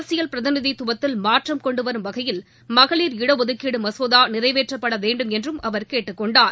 அரசியல் பிரதிநிதித்துவத்தில் மாற்றம் கொண்டு வரும் வகையில் மகளிர் இடஒதுக்கீடு மசோதா நிறைவேற்றப்பட வேண்டும் என்றும் அவர் கேட்டுக் கொண்டார்